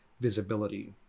visibility